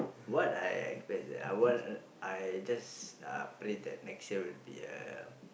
what I expect that I want I just uh pray that next year will be a